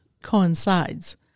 coincides